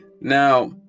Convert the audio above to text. Now